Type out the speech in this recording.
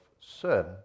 sin